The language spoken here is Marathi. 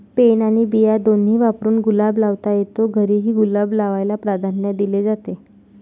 पेन आणि बिया दोन्ही वापरून गुलाब लावता येतो, घरीही गुलाब लावायला प्राधान्य दिले जाते